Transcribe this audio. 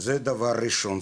זה דבר ראשון.